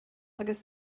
agus